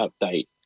update